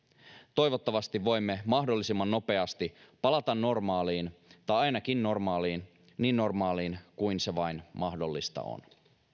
toivottavasti voimme mahdollisimman nopeasti palata normaaliin tai ainakin niin normaaliin kuin vain mahdollista on